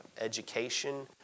education